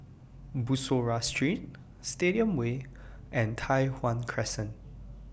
Bussorah Street Stadium Way and Tai Hwan Crescent